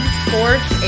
sports